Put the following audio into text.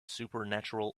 supernatural